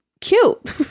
cute